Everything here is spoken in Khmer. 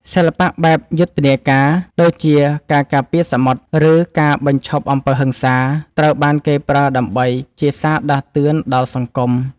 សិល្បៈបែបយុទ្ធនាការ ដូចជាការការពារសមុទ្រ ឬការបញ្ឈប់អំពើហិង្សា ត្រូវបានគេប្រើដើម្បីជាសារដាស់តឿនដល់សង្គម។